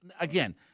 again